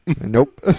Nope